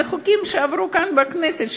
אלה חוקים שעברו כאן בכנסת,